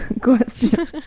Question